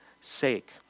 sake